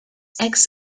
eggs